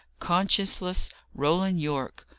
conscienceless roland yorke!